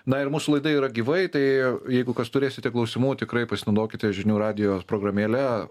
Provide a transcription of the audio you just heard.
na ir mūsų laida yra gyvai tai jeigu kas turėsite klausimų tikrai pasinaudokite žinių radijo programėle